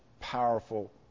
powerful